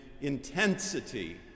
intensity